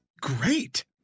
great